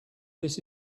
this